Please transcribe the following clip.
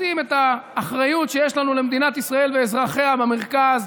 לשים את האחריות שיש לנו למדינת ישראל ואזרחיה במרכז,